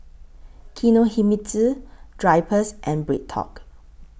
Kinohimitsu Drypers and BreadTalk